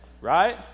right